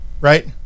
right